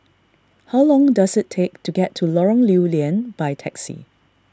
how long does it take to get to Lorong Lew Lian by taxi